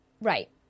Right